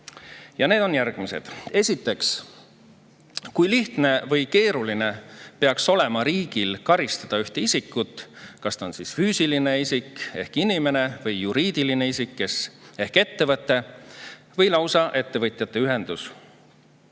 küsimused on järgmised. Esiteks, kui lihtne või keeruline peaks olema riigil karistada ühte isikut, on ta siis füüsiline isik ehk inimene või juriidiline isik ehk ettevõte või lausa ettevõtjate ühendus.